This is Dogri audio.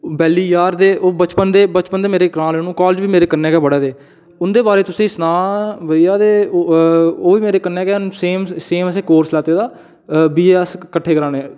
बेल्ली यार ते ओह् वचपन दे वचपन दे मेरे नाल औह् कालेज बी मेरे कन्ने गै पढा दे उं'दे बारे च तुसे सनां बेइया ते ओह् बी मेरे कन्ने गै न सेम सेम असें कोर्स लैता दा बी ऐ अस किट्ठे करा ने